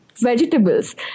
vegetables